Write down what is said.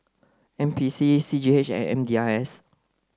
N P C C G H and M D I S